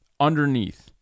underneath